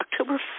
October